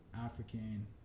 African